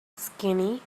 skinny